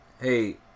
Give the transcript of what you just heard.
hey